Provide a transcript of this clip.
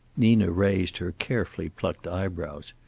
nina raised her carefully plucked eyebrows.